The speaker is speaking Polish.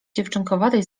dziewczynkowatej